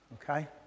Okay